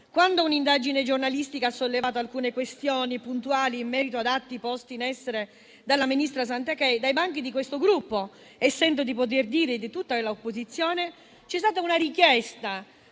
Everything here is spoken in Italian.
Quando un'indagine giornalistica ha sollevato alcune questioni puntuali in merito ad atti posti in essere dalla ministra Garnero Santanché, dai banchi di questo Gruppo - e sento di poter dire di tutta l'opposizione - c'è stata una richiesta